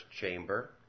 Chamber